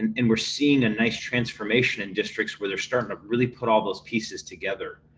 and we're seeing a nice transformation in districts where they're starting to really put all those pieces together.